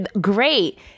great